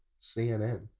CNN